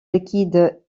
liquide